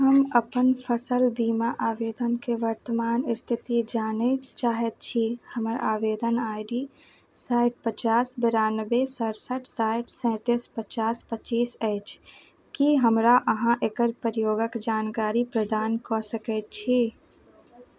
हम अपन फसल बीमा आवेदनके वर्तमान स्थिति जानय चाहैत छी हमर आवेदन आइ डी साठि पचास बेरानबे सरसठि साठि सैतीस पचास पचीस अछि की हमरा अहाँ एकर प्रयोगक जानकारी प्रदान कऽ सकैत छी